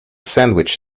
sandwich